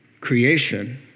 creation